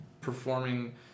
performing